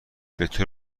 بطور